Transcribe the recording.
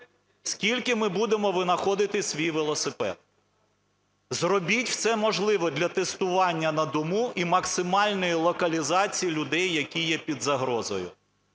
Скільки ми будемо винаходити свій велосипед? Зробіть все можливе для тестування на дому і максимальної локалізації людей, які є під загрозою.